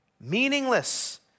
meaningless